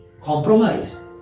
compromise